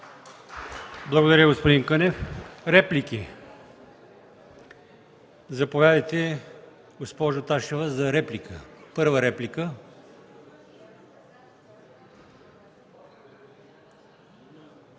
Благодаря, господин Кънев. Реплики? Заповядайте, госпожо Ташева, за първа реплика.